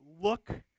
look